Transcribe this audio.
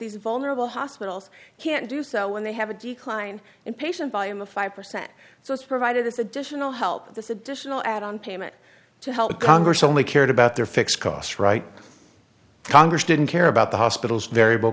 these vulnerable hospitals can't do so when they have a decline in patient volume of five percent so it's provided this additional help this additional add on payment to help congress only cared about their fixed cost right congress didn't care about the hospitals variable